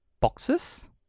boxes